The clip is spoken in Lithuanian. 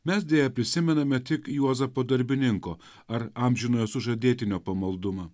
mes deja prisimename tik juozapo darbininko ar amžinojo sužadėtinio pamaldumą